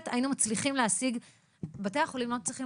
בתי החולים היו מצליחים להשיג היום מאבטחים.